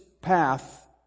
path